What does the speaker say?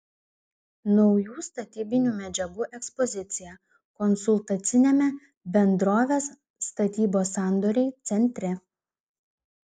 naujų statybinių medžiagų ekspozicija konsultaciniame bendrovės statybos sandoriai centre